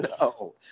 No